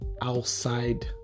outside